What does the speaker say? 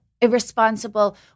irresponsible